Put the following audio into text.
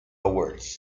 awards